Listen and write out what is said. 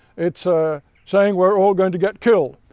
it's ah saying we're all going to get killed.